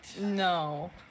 No